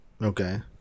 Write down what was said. Okay